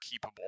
keepable